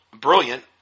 brilliant